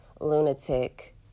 lunatic